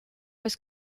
was